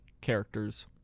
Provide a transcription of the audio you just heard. characters